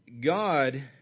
God